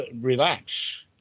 relax